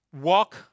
walk